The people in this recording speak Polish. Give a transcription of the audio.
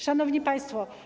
Szanowni Państwo!